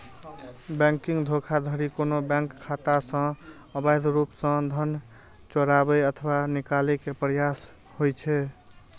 banking धोखाधड़ी कोनो bank खाता सं अवैध रूप सं धन चोराबै अथवा निकाले के प्रयास होइ छै